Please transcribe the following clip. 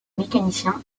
mécanicien